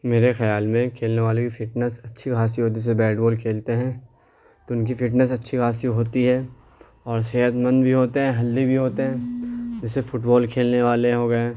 میرے خیال میں کھیلنے والے کی فٹنس اچھی خاصی ہوتی ہے جیسے بیٹ بال کھیلتے ہیں تو ان کی فٹنس اچھی خاصی ہوتی ہے اور صحت مند بھی ہوتے ہیں ہیلدی بھی ہوتے ہیں جیسے فٹ بال کھیلنے والے ہو گئے